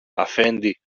αφέντη